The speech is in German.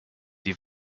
die